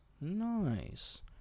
nice